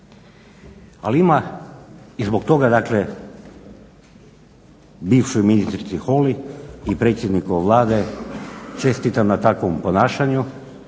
niže. I zbog toga dakle bivšoj ministrici Holy i predsjedniku Vlade čestitam na takvom ponašanju,